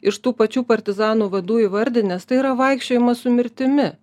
iš tų pačių partizanų vadų įvardinęs tai yra vaikščiojimas su mirtimi